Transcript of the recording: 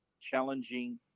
challenging